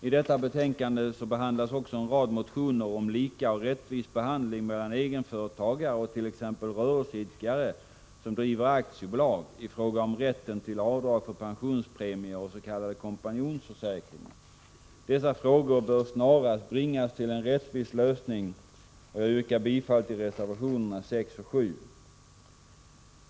I detta betänkande behandlas också en rad motioner om lika och rättvis behandling av egenföretagare och t.ex. rörelseidkare som driver aktiebolag i fråga om rätten till avdrag för pensionspremier och s.k. kompanjonsförsäkringar. Dessa frågor bör snarast bringas till en rättvis lösning, och jag yrkar bifall till reservationerna 6 och 7.